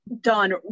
done